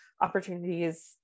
opportunities